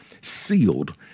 sealed